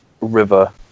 river